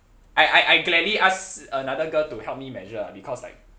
I I I gladly asked another girl to help me measure because like